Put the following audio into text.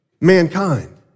mankind